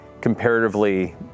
comparatively